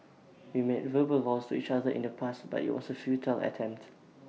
we made verbal vows to each other in the past but IT was A futile attempt